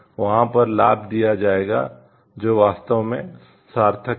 तो यह वहाँ पर लाभ दिया जाएगा जो वास्तव में सार्थक है